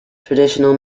traditional